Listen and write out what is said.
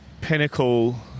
pinnacle